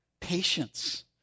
Patience